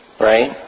right